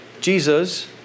Jesus